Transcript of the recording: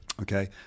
okay